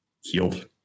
healed